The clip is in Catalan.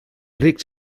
rics